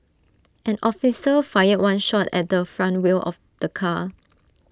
an officer fired one shot at the front wheel of the car